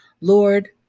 Lord